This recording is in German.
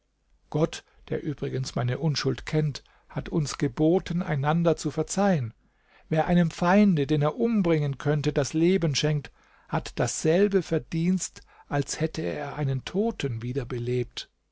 gott der übrigens meine unschuld kennt hat uns geboten einander zu verzeihen wer einem feinde den er umbringen könnte das leben schenkt hat dasselbe verdienst als hätte er einen toten wieder